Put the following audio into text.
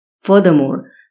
Furthermore